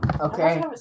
Okay